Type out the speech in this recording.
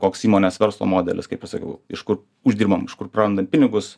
koks įmonės verslo modelis kai ir sakiau iš kur uždirbam iš kur prarandam pinigus